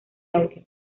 audio